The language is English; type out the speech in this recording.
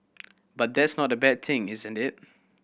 but that's not a bad thing isn't it